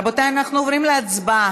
רבותיי, אנחנו עוברים להצבעה.